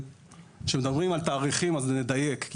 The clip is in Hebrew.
כאשר מדברים על תאריכים צריך לדייק כי